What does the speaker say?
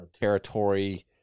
territory